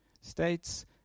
States